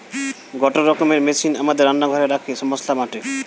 গটে রকমের মেশিন আমাদের রান্না ঘরে রাখি মসলা বাটে